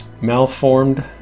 Malformed